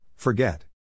Forget